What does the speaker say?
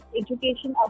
education